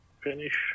Finish